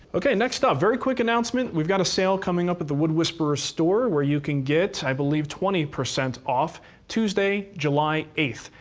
next up, very quick announcement, we've got a sale coming up at the wood whisperer store, where you can get, i believe, twenty percent off tuesday, july eighth.